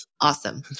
Awesome